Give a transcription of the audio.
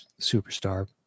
superstar